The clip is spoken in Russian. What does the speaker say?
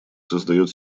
создает